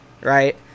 right